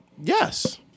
Yes